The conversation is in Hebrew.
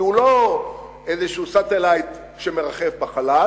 כי הוא לא איזה satellite שמרחף בחלל,